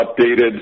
updated